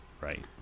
Right